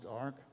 Ark